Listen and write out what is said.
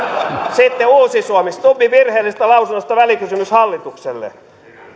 sitten uusi suomi stubbin virheellisestä lausunnosta välikysymys hallitukselle